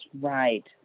right